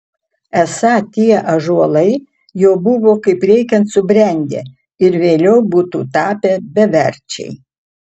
esą tie ąžuolai jau buvo kaip reikiant subrendę ir vėliau būtų tapę beverčiai